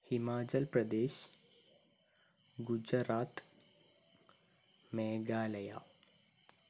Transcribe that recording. Himachal Pradesh Gujarat Meghalaya